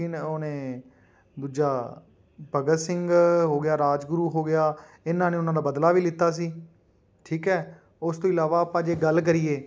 ਕਿਨ ਉਹਨੇ ਦੂਜਾ ਭਗਤ ਸਿੰਘ ਹੋ ਗਿਆ ਰਾਜਗੁਰੂ ਹੋ ਗਿਆ ਇਹਨਾਂ ਨੇ ਉਹਨਾਂ ਦਾ ਬਦਲਾ ਵੀ ਲਿੱਤਾ ਸੀ ਠੀਕ ਹੈ ਉਸ ਤੋਂ ਇਲਾਵਾ ਆਪਾਂ ਜੇ ਗੱਲ ਕਰੀਏ